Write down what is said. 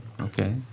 Okay